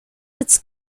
its